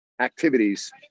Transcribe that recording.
activities